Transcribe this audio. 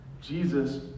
Jesus